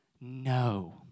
No